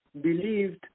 believed